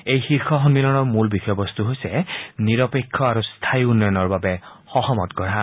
এই শীৰ্ষ সম্মিলনৰ মূল বিষয়বস্তু হৈছে নিৰপেক্ষ আৰু স্থায়ী উন্নয়নৰ বাবে সহমত গঢ়া